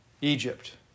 Egypt